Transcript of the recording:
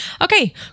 okay